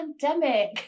pandemic